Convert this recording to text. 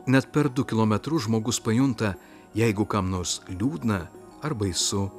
net per du kilometrus žmogus pajunta jeigu kam nors liūdna ar baisu